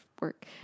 work